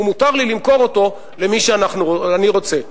ומותר לי למכור אותו למי שאני רוצה.